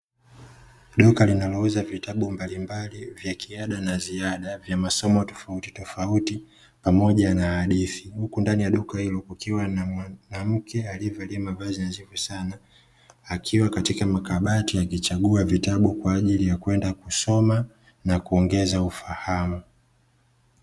Duka linalouza vitabu mbalimbali vya kiada na ziada, vya masomo tofauti tofauti pamoja na hadithi ,huku ndani ya duka hilo kukiwa na mwanamke alievalia mavazi nzuri sana akiwa katika makabati akichagua vitabu kwaajili ya kwenda kusoma na kuongeza ufahamu.